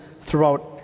throughout